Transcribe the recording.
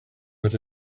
that